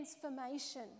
transformation